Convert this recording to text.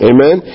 Amen